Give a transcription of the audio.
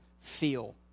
feel